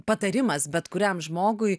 patarimas bet kuriam žmogui